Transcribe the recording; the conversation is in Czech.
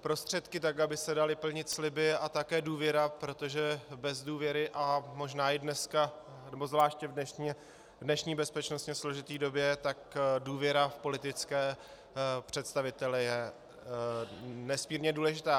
prostředky tak, aby se daly plnit sliby a také důvěra, protože bez důvěry a možná i dnes, nebo zvláště v dnešní bezpečnostně složité době, tak důvěra v politické představitele je nesmírně důležitá.